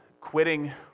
quitting